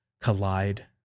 collide